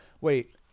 wait